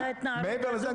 מעבר לזה,